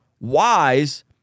wise